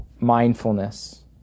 Mindfulness